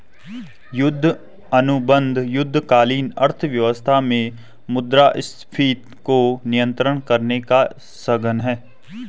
युद्ध अनुबंध युद्धकालीन अर्थव्यवस्था में मुद्रास्फीति को नियंत्रित करने का साधन हैं